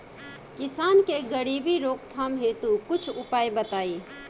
किसान के गरीबी रोकथाम हेतु कुछ उपाय बताई?